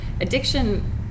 addiction